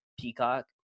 peacock